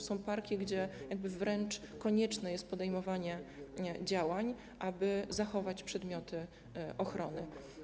Są parki, gdzie wręcz konieczne jest podejmowanie działań, aby zachować przedmioty ochrony.